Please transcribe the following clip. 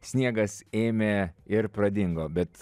sniegas ėmė ir pradingo bet